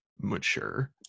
mature